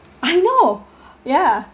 I know ya